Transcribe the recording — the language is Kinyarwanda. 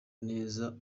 neza